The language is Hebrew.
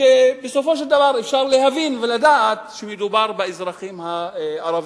שבסופו של דבר אפשר להבין ולדעת שמדובר באזרחים הערבים,